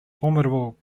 formidable